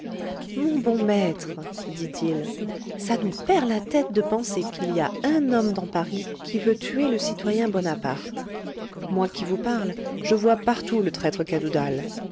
mon bon maître dit-il ça nous perd la tête de penser qu'il y a un homme dans paris qui veut tuer le citoyen bonaparte moi qui vous parle je vois partout le traître cadoudal